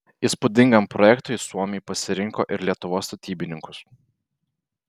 įspūdingam projektui suomiai pasirinko ir lietuvos statybininkus